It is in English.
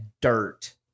dirt